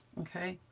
okay?